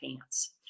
pants